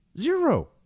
Zero